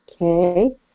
okay